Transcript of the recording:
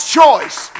choice